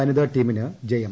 വനിതാ ടീമിന് ജയം